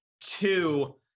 Two